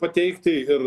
pateikti ir